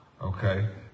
Okay